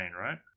right